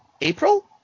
april